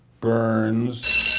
Burns